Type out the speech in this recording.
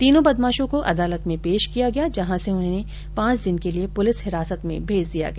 तीनों बदमाशों को अदालत में पेश किया गया जहां से उन्हें पांच दिन के लिए पुलिस हिरासत में भेज दिया गया